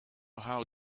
how